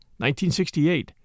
1968